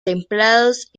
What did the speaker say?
templados